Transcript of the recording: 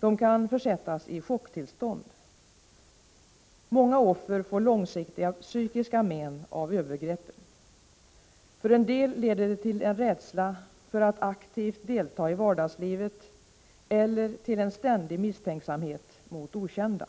De kan försättas i chocktillstånd. Många offer får långsiktiga psykiska men av övergreppen. För en del leder det till en rädsla för att aktivt delta i vardagslivet eller till en ständig misstänksamhet mot okända.